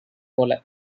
போல